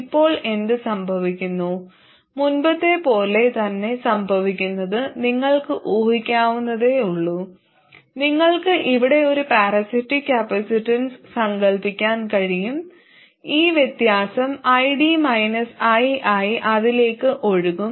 ഇപ്പോൾ എന്ത് സംഭവിക്കുന്നു മുമ്പത്തെപ്പോലെ തന്നെ സംഭവിക്കുന്നത് നിങ്ങൾക്ക് ഊഹിക്കാവുന്നതേയുള്ളൂ നിങ്ങൾക്ക് ഇവിടെ ഒരു പാരാസൈറ്റിക് കപ്പാസിറ്റൻസ് സങ്കൽപ്പിക്കാൻ കഴിയും ഈ വ്യത്യാസം id ii അതിലേക്ക് ഒഴുകും